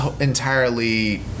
entirely